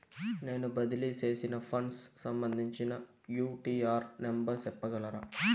నేను బదిలీ సేసిన ఫండ్స్ సంబంధించిన యూ.టీ.ఆర్ నెంబర్ సెప్పగలరా